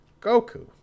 Goku